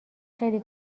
خیلی